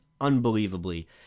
unbelievably